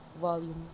Volume